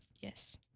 Yes